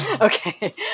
Okay